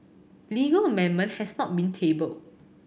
legal amendment has not been tabled